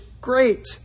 great